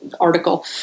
article